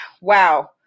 Wow